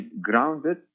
grounded